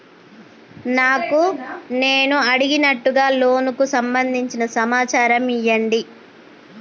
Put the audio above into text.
నాకు నేను అడిగినట్టుగా లోనుకు సంబందించిన సమాచారం ఇయ్యండి?